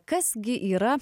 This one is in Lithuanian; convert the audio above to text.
kas gi yra